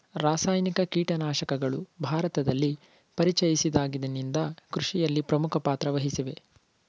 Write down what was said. ರಾಸಾಯನಿಕ ಕೀಟನಾಶಕಗಳು ಭಾರತದಲ್ಲಿ ಪರಿಚಯಿಸಿದಾಗಿನಿಂದ ಕೃಷಿಯಲ್ಲಿ ಪ್ರಮುಖ ಪಾತ್ರ ವಹಿಸಿವೆ